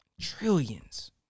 Trillions